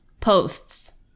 posts